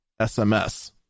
SMS